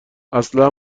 اصلا